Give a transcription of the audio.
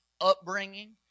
upbringing